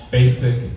basic